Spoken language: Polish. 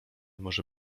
może